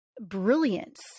brilliance